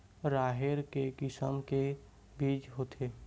राहेर के किसम के बीज होथे?